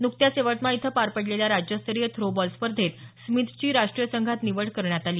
नुकत्याच यवतमाळ इथं पार पडलेल्या राज्यस्तरीय थ्रो बॉल स्पर्धेत स्मीतची राष्ट्रीय संघात निवड करण्यात आली